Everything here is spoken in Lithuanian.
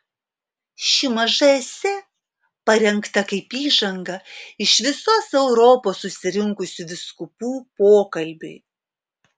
ši maža esė parengta kaip įžanga iš visos europos susirinkusių vyskupų pokalbiui